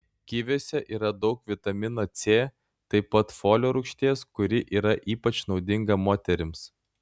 kiviuose yra daug vitamino c taip pat folio rūgšties kuri yra ypač naudinga moterims